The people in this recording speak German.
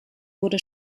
wurde